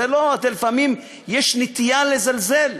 לפעמים יש נטייה לזלזל,